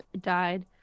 died